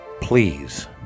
please